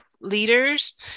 leaders